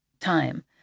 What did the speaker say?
time